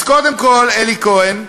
אז קודם כול, אלי כהן,